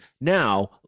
Now